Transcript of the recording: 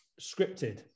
scripted